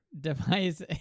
device